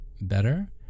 better